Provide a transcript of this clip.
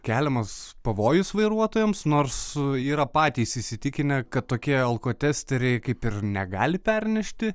keliamas pavojus vairuotojams nors yra patys įsitikinę kad tokie alkotesteriai kaip ir negali pernešti